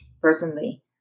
personally